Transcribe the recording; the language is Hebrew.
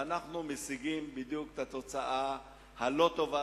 ואנחנו משיגים בדיוק את התוצאה הלא-טובה,